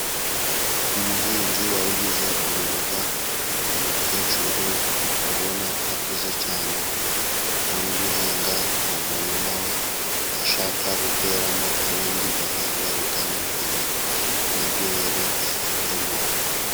Umuhinzi wabigize umwuga，umukecuru ubona ko akuze cyane，uri guhinga mu murima we， ashaka guteramo ibindi bihingwa bitandukanye n'ibyo yari afitemo.